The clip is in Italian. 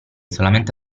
solamente